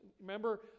Remember